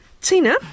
Tina